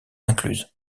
incluse